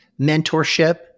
mentorship